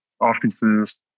offices